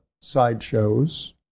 sideshows